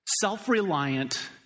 self-reliant